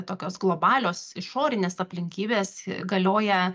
tokios globalios išorinės aplinkybės galioja